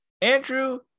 andrew